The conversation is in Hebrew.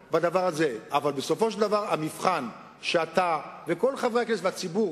אבל בסופו של דבר המבחן שבו אתה וכל חברי הכנסת והציבור